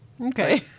okay